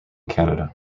canada